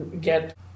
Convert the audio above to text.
get